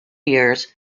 years